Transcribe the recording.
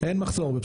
אין מחסור".